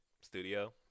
studio